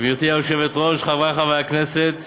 גברתי היושבת-ראש, חברי חברי הכנסת,